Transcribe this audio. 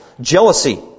jealousy